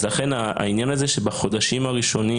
אז לכן העניין הזה שבחודשים הראשונים